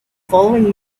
following